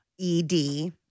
ED